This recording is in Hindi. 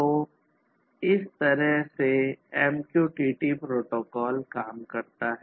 तो इस तरह से MQTT प्रोटोकॉल काम करता है